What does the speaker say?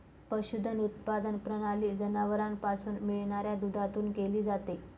पशुधन उत्पादन प्रणाली जनावरांपासून मिळणाऱ्या दुधातून केली जाते